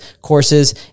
courses